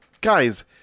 Guys